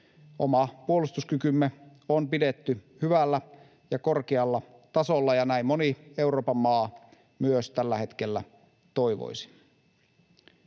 Oma puolustuskykymme on pidetty hyvällä ja korkealla tasolla, ja näin moni Euroopan maa myös tällä hetkellä toivoisi.